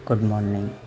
good morning